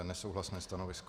Nesouhlasné stanovisko.